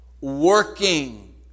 Working